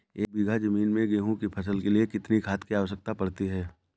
एक बीघा ज़मीन में गेहूँ की फसल के लिए कितनी खाद की आवश्यकता पड़ती है?